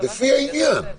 לפי העניין,